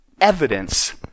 evidence